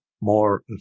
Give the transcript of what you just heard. more